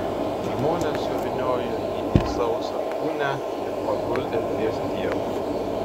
žmonės suvyniojo jį į sausą gūnią ir paguldė prie stiebo